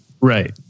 Right